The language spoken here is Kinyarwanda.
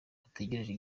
hategerejwe